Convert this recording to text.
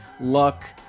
luck